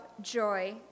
joy